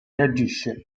reagisce